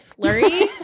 slurry